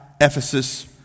Ephesus